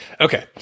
okay